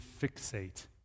fixate